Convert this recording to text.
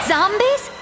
Zombies